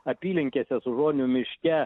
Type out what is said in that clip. apylinkėse sužonių miške